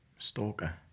Stalker